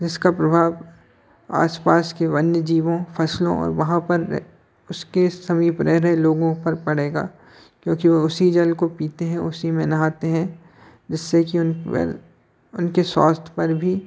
जिसका प्रभाव आस पास के वन्य जीवों फ़सलों और वहाँ पर उसके समीप रह रहे लोगों पर पड़ेगा क्योंकि वे उसी जल को पीते हैं उसी में नहाते हैं जिससे कि उन पर उनके स्वास्थ पर भी